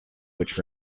which